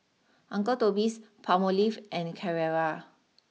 Uncle Toby's Palmolive and Carrera